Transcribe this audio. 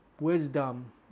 wisdom